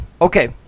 okay